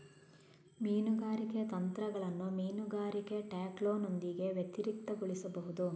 ಮೀನುಗಾರಿಕೆ ತಂತ್ರಗಳನ್ನು ಮೀನುಗಾರಿಕೆ ಟ್ಯಾಕ್ಲೋನೊಂದಿಗೆ ವ್ಯತಿರಿಕ್ತಗೊಳಿಸಬಹುದು